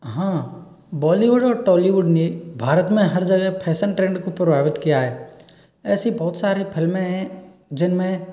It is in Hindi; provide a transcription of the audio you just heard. हाँ बॉलीवुड और टोलीवुड ने भारत में हर जगह फैशन ट्रेंड को प्रभावित किया है ऐसी बहुत सारी फिल्में हैं जिनमें